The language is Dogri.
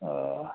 हां